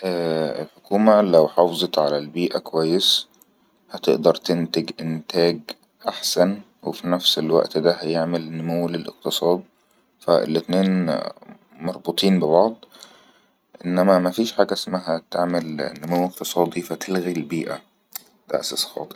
الحكومة لو حافظت على البيئة كويس هتقدر تنتج انتاج أحسن وفي نفس الوقت ده هيعمل نمو للااقتصاد فالتنين مربطين ببعض إنما ما فيش حاجة اسمها تعمل نمو اقتصادي فتلغي البيئة ده أساس خاطئ